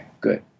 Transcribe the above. good